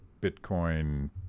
Bitcoin